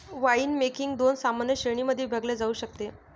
winemaking दोन सामान्य श्रेणीं मध्ये विभागले जाऊ शकते